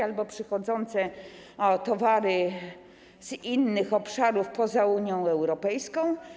Albo przychodzące towary z innych obszarów poza Unią Europejską.